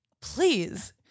Please